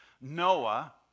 Noah